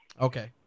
Okay